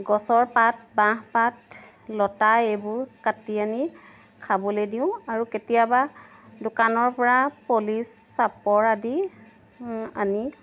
গছৰ পাত বাঁহপাত লতা এইবোৰ কাটি আনি খাবলৈ দিওঁ আৰু কেতিয়াবা দোকানৰ পৰা পলিচ চাপৰ আদি আনি